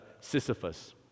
Sisyphus